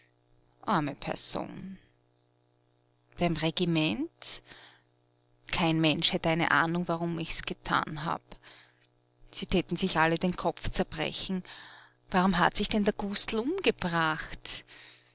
arme person beim regiment kein mensch hätt eine ahnung warum ich's getan hab sie täten sich alle den kopf zerbrechen warum hat sich denn der gustl umgebracht